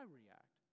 react